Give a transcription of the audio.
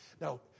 Now